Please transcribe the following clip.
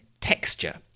texture